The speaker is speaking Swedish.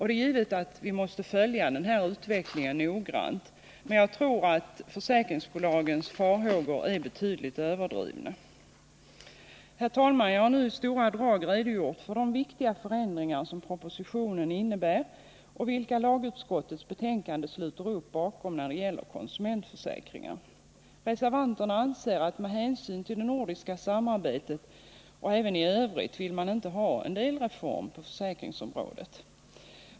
— Det är givet att vi måste följa utvecklingen på detta område noggrant, men jag tror att försäkringsbolagens farhågor är betydligt 37 överdrivna. Herr talman! Jag har nu i stora drag redogjort för de viktiga förändringar när det gäller konsumentförsäkringar som föreslås i propositionen och som lagutskottet i sitt betänkande sluter upp bakom. Reservanterna vill däremot med hänsyn till det nordiska samarbetet och även av andra skäl inte ha en delreform på försäkringsområdet.